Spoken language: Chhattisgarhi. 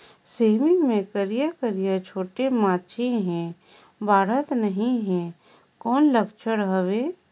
सेमी मे करिया करिया छोटे माछी हे बाढ़त नहीं हे कौन लक्षण हवय?